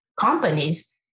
companies